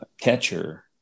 catcher